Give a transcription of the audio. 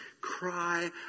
Cry